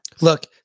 Look